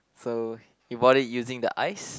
so he bought it using the ice